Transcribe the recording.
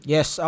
Yes